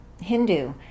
Hindu